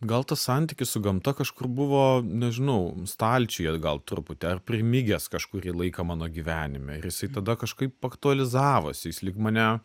gal tas santykis su gamta kažkur buvo nežinau stalčiuje gal truputį ar primigęs kažkurį laiką mano gyvenime ir jisai tada kažkaip aktualizavosi jis lyg mane